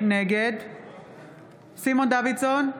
נגד סימון דוידסון,